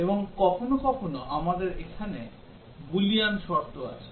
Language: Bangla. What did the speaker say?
এবং কখনও কখনও আমাদের এখানে অনেক boolean শর্ত আছে